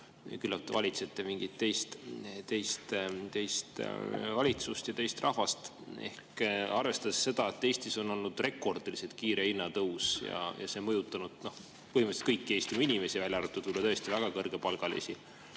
küllap te valitsete mingit teist valitsust ja teist rahvast. Arvestades seda, et Eestis on olnud rekordiliselt kiire hinnatõus ja see on mõjutanud põhimõtteliselt kõiki Eestimaa inimesi, välja arvatud võib-olla tõesti kõrgepalgalisi,